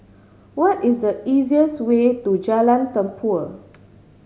what is the easiest way to Jalan Tempua